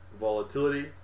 volatility